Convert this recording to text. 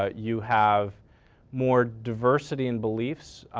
ah you have more diversity in beliefs.